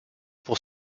pour